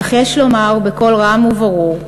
אך יש לומר בקול רם וברור: